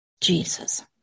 Jesus